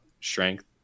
strength